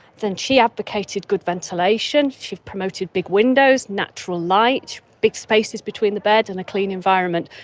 then she advocated good ventilation, she promoted big windows, natural light, big spaces between the beds and a clean environment.